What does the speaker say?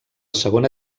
segona